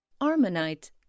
Armonite